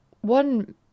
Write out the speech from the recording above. one